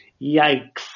Yikes